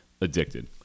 Addicted